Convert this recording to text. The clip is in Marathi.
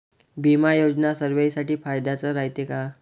बिमा योजना सर्वाईसाठी फायद्याचं रायते का?